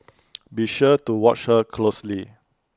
be sure to watch her closely